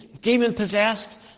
demon-possessed